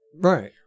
Right